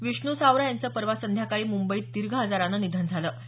विष्णू सावरा यांचं परवा संध्याकाळी मुंबईत दीर्घ आजारानं निधन झालं होतं